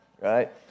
right